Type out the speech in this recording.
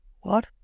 What